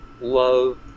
love